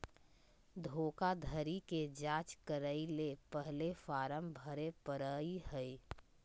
धोखाधड़ी के जांच करय ले पहले फॉर्म भरे परय हइ